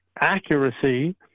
accuracy